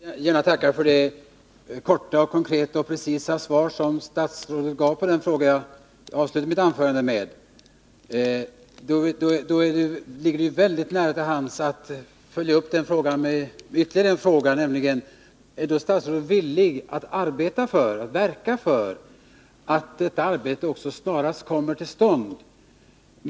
Herr talman! Jag vill gärna tacka för det korta, konkreta och precisa svar som statsrådet gav på den fråga jag avslutade mitt anförande med. Det ligger nära till hands att följa upp den frågan med ytterligare en fråga, nämligen: Är statsrådet då villig att verka för att detta arbete snarast också kommer till stånd?